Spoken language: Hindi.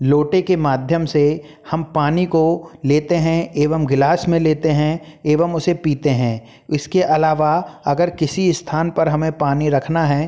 लोटे के माध्यम से हम पानी को लेते हैं एवम गिलास में लेते हैं एवम उसे पीते हैं इसके अलावा अगर किसी स्थान पर हमें पानी रखना है